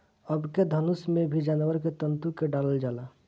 अबके धनुष में भी जानवर के तंतु क डालल जाला